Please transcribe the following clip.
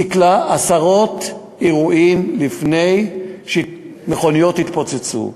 סיכלה עשרות אירועים לפני שמכוניות התפוצצו.